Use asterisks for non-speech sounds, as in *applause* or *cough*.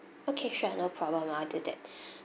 okay sure no problem I'll do that *breath*